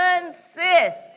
consist